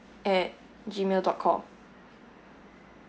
at Gmail dot com